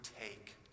take